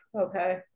Okay